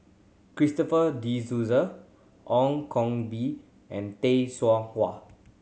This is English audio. Christopher De Souza Ong Koh Bee and Tay Seow Huah